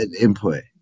input